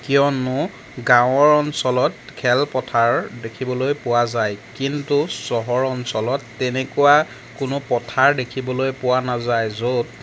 কিয়নো গাঁৱৰ অঞ্চলত খেলপথাৰ দেখিবলৈ পোৱা যায় কিন্তু চহৰ অঞ্চলত তেনেকুৱা কোনো পথাৰ দেখিবলৈ পোৱা নাযায় য'ত